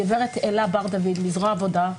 גברת אלה בר דוד מזרוע העבודה,